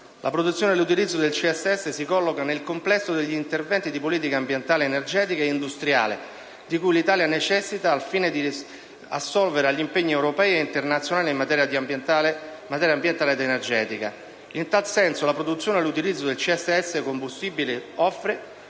CSS (combustibili solidi secondari) si colloca nel complesso degli interventi di politica ambientale, energetica e industriale di cui l'Italia necessita al fine di assolvere agli impegni europei e internazionali in materia ambientale ed energetica. In tal senso la produzione e l'utilizzo del CSS-combustibile offre